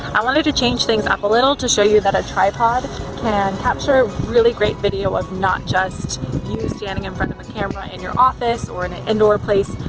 i wanted to change things up a little to show you that a tripod can capture really great video of not just you standing in front of the camera in your office or in a indoor place,